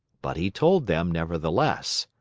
but he told them, nevertheless.